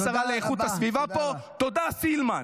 ואם כבר גברת השרה לאיכות הסביבה פה, תודה, סילמן.